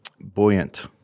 Buoyant